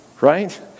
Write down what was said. Right